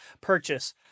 Purchase